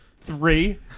Three